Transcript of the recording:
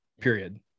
period